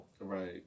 Right